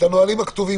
הנהלים הכתובים.